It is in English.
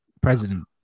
president